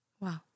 Wow